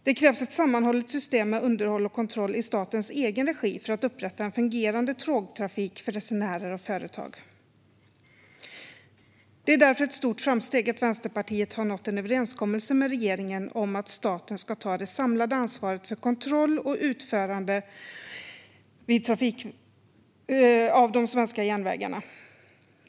Det krävs dock ett sammanhållet system med underhåll och kontroll i statens egen regi för att upprätta en fungerande tågtrafik för resenärer och företag. Det är därför ett stort framsteg att Vänsterpartiet har nått en överenskommelse med regeringen om att staten ska ta det samlade ansvaret för kontroll och utförande vid underhåll av de svenska järnvägarna.